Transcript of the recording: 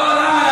לא, למה?